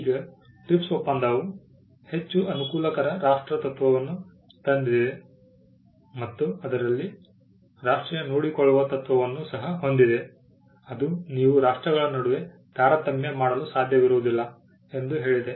ಈಗ TRIPS ಒಪ್ಪಂದವು ಹೆಚ್ಚು ಅನುಕೂಲಕರ ರಾಷ್ಟ್ರ ತತ್ವವನ್ನು ತಂದಿದೆ ಮತ್ತು ಅದರಲ್ಲಿ ರಾಷ್ಟ್ರೀಯ ನೋಡಿಕೊಳ್ಳುವ ತತ್ವವನ್ನು ಸಹ ಹೊಂದಿದೆ ಅದು ನೀವು ರಾಷ್ಟ್ರಗಳ ನಡುವೆ ತಾರತಮ್ಯ ಮಾಡಲು ಸಾಧ್ಯವಿರುವುದಿಲ್ಲ ಎಂದು ಹೇಳಿದೆ